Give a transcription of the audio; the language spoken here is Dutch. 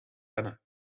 wennen